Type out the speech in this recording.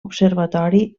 observatori